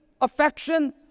affection